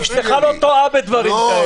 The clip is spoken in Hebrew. אשתך לא טועה בדברים כאלה.